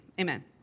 amen